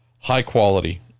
high-quality